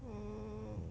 mm